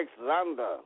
Alexander